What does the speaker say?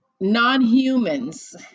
non-humans